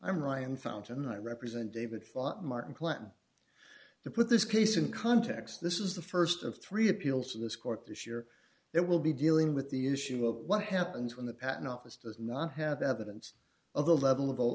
i'm ryan fountain i represent david thought martin plan to put this case in context this is the st of three appeals to this court this year that will be dealing with the issue of what happens when the patent office does not have evidence of the level of the